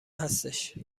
هستش